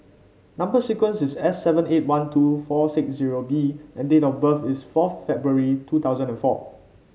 number sequence is S seven eight one two four six zero B and date of birth is fourth February two thousand and four